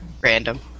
random